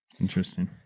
Interesting